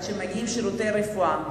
עד שמגיעים שירותי הרפואה.